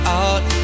out